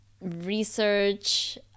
research